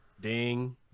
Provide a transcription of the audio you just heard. Ding